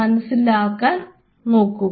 മനസ്സിലാക്കാൻ പറ്റും